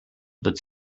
but